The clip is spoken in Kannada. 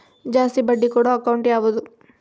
ಜಾಸ್ತಿ ಬಡ್ಡಿ ಕೊಡೋ ಅಕೌಂಟ್ ಯಾವುದು?